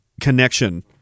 connection